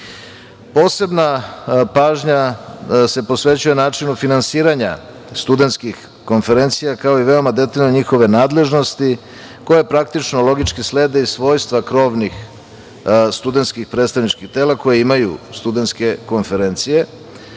nivou. Posebna pažnja se posvećuje načinu finansiranja studentskih konferencija, kao i veoma detaljne njihove nadležnosti, koje praktično logički slede i svojstva krovnih studentskih predstavničkih tela koje imaju studentske konferencije.